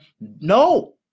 No